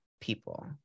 people